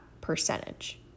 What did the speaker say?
percentage